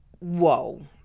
Whoa